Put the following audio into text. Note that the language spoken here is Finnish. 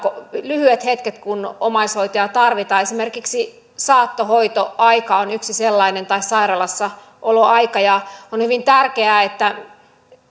lyhyetkin hetket kun omaishoitajaa tarvitaan esimerkiksi saattohoitoaika on yksi sellainen tai sairaalassaoloaika on hyvin tärkeää että